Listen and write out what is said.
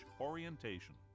orientation